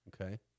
Okay